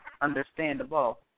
Understandable